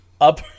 up